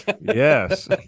Yes